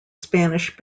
spanish